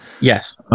yes